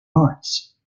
arts